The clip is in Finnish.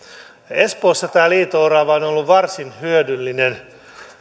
espoossa liito orava on on ollut varsin hyödyllinen